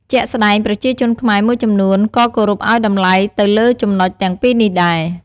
ជាក់ស្ដែង ប្រជាជនខ្មែរមួយចំនួនក៏គោរពឱ្យតម្លៃទៅលើចំណុចទាំងពីរនេះដែរ។